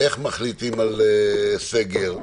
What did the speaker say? איך מחליטים על סגר.